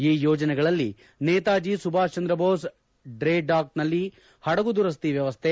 ಈ ಯೋಜನೆಗಳಲ್ಲಿ Netaji Subhash Chandra Bose dry dock ನಲ್ಲಿ ಹಡಗು ದುರಸ್ತಿ ವ್ಯವಸ್ಟೆ